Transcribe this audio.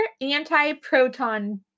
anti-proton